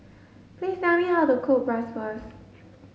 please tell me how to cook Bratwurst